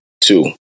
two